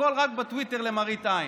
הכול רק בטוויטר, למראית עין.